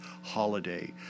holiday